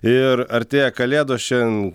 ir artėja kalėdos šian